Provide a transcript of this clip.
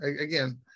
Again